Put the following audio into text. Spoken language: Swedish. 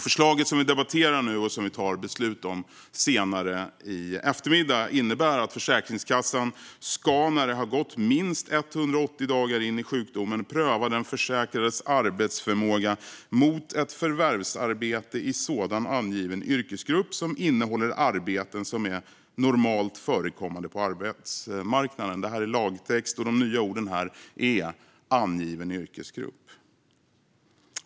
Förslaget som vi nu debatterar och tar beslut om senare i eftermiddag innebär att Försäkringskassan när det har gått minst 180 dagar in i sjukdomen ska pröva den försäkrades arbetsförmåga mot ett förvärvsarbete i sådan angiven yrkesgrupp som innehåller arbeten som är normalt förekommande på arbetsmarknaden. Detta är lagtext, och de nya orden är "angiven yrkesgrupp".